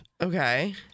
Okay